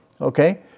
Okay